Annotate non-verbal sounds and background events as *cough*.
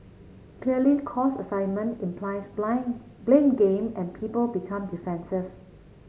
clearly cause assignment implies *unintelligible* blame game and people become defensive